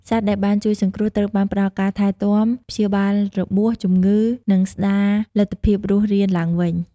សត្វដែលបានជួយសង្គ្រោះត្រូវបានផ្តល់ការថែទាំ ព្យាបាលរបួស ជំងឺ និងស្តារលទ្ធភាពរស់រានឡើងវិញ។